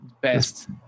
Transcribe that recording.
best